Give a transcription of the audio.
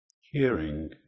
hearing